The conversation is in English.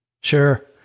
Sure